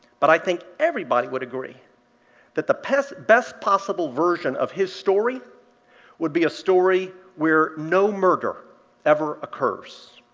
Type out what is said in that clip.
but i think everybody would agree that the best best possible version of his story would be a story where no murder ever occurs.